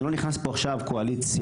אני לא נכנס פה עכשיו קואליציה,